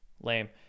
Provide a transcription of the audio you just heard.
lame